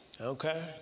Okay